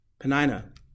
Penina